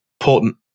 important